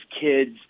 kids